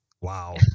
Wow